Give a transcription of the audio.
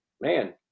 man